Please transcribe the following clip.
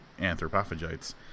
anthropophagites